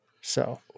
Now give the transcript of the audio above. So-